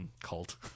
cult